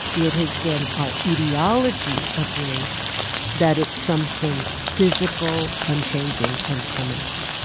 it has been our ideology of race that it's something physical, unchanging and permanent.